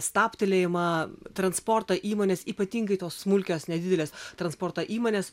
stabtelėjimą transporto įmonės ypatingai tos smulkios nedidelės transporto įmonės